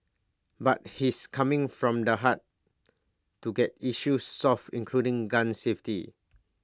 but he's coming from the heart to get issues solved including gun safety